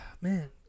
Man